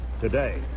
today